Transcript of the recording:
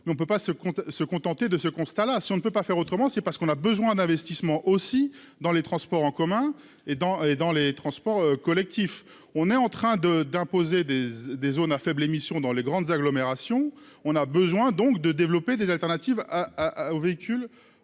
mais nous ne pouvons pas nous contenter de ce constat. Si on ne peut faire autrement, c'est parce que le besoin d'investissement existe aussi dans les transports en commun et dans les transports collectifs. On est en train d'imposer des zones à faibles émissions dans les grandes agglomérations. Il faut donc développer des alternatives aux véhicules